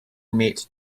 met